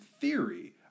theory